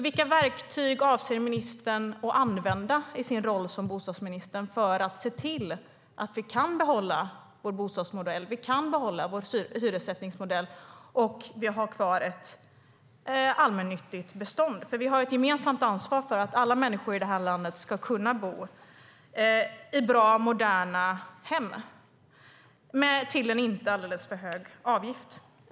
Vilka verktyg avser ministern att använda i sin roll som bostadsminister för att se till att vi kan behålla vår bostadsmodell och vår hyressättningsmodell och att vi har kvar ett allmännyttigt bestånd? Vi har ju ett gemensamt ansvar för att alla människor i det här landet ska kunna bo i bra och moderna hem till en inte alldeles för hög kostnad.